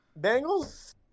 Bengals